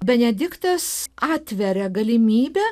benediktas atveria galimybę